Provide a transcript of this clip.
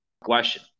Question